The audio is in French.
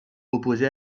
opposé